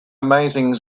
amazing